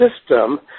system